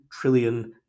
trillion